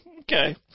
Okay